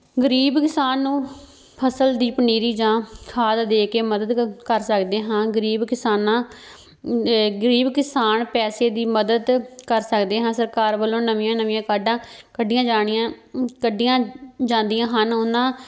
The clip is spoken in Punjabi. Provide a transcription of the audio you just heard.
ਗਰੀਬ ਕਿਸਾਨ ਨੂੰ ਫਸਲ ਦੀ ਪਨੀਰੀ ਜਾਂ ਖਾਦ ਦੇ ਕੇ ਮਦਦ ਕ ਕਰ ਸਕਦੇ ਹਾਂ ਗਰੀਬ ਕਿਸਾਨਾਂ ਗਰੀਬ ਕਿਸਾਨ ਪੈਸੇ ਦੀ ਮਦਦ ਕਰ ਸਕਦੇ ਹਾਂ ਸਰਕਾਰ ਵੱਲੋਂ ਨਵੀਆਂ ਨਵੀਆਂ ਕਾਢਾਂ ਕੱਢੀਆਂ ਜਾਣੀਆਂ ਕੱਢੀਆਂ ਜਾਂਦੀਆਂ ਹਨ ਉਹਨਾਂ